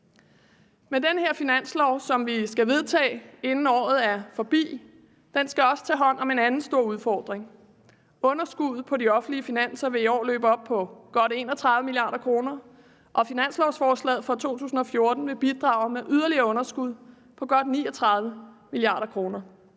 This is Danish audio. Men den her finanslov, som vi skal vedtage inden året er forbi, skal også tage hånd om en anden stor udfordring: Underskuddet på de offentlige finanser vil i år løbe op i godt 31 mia. kr., og finanslovsforslaget for 2014 vil bidrage med et yderligere underskud på godt 39 mia. kr.